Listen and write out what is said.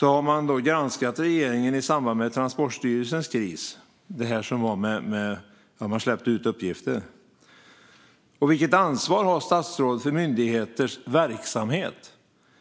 Där har man granskat regeringen i samband med Transportstyrelsens kris - det som hände när man släppte ut uppgifter. Vilket ansvar har statsråd för myndigheters verksamhet?